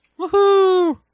Woohoo